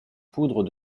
poudres